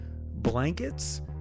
blankets